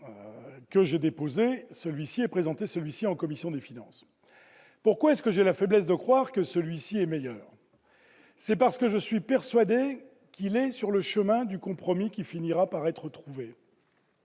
que j'ai présenté cet amendement en commission des finances. Pourquoi ai-je la faiblesse de croire que celui-ci est meilleur ? C'est parce que je suis persuadé qu'il est sur le chemin du compromis qui finira par être trouvé